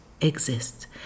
exists